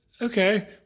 Okay